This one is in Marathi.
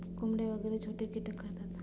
कोंबड्या वगैरे छोटे कीटक खातात